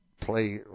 play